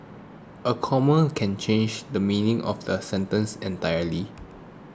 a comma can change the meaning of a sentence entirely